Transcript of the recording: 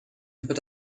über